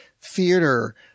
theater